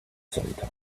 sometime